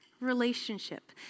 relationship